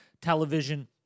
television